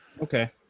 okay